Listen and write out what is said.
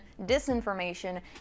disinformation